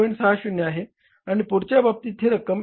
60 आहे आणि पुढच्या बाबतीत ही रक्कम 31